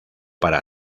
para